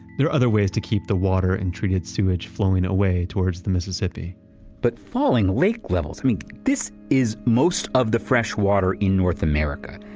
there are other ways to keep the water and treated sewage flowing away towards the mississippi but falling lake levels. i mean, this is most of the fresh water in north america.